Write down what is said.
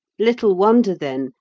little wonder then,